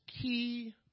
key